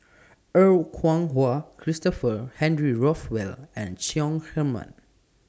Er Kwong Wah Christopher Henry Rothwell and Chong Heman